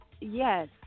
Yes